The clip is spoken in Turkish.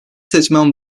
seçmen